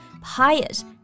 pious